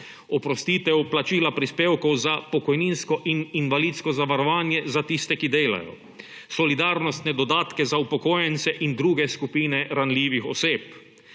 oprostitev plačila prispevkov za pokojninsko in invalidsko zavarovanje za tiste, ki delajo; solidarnostne dodatke za upokojence in druge skupine ranljivih oseb;